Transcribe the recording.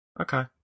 Okay